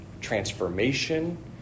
transformation